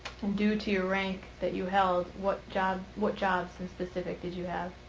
due to your rank that you held, what jobs what jobs and specific did you have,